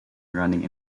running